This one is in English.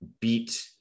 beat